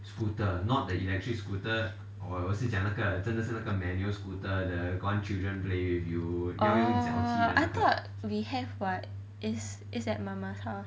orh I thought we have [what] it's at ma ma house